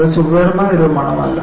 അത് സുഖകരമായ ഒരു മണം അല്ല